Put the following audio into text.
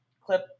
clip